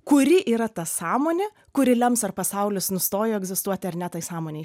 kuri yra ta sąmonė kuri lems ar pasaulis nustojo egzistuoti ar ne tai sąmonei